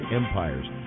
empires